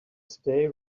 stay